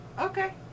Okay